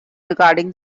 regarding